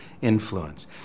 influence